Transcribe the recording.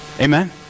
Amen